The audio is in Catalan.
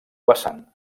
vessant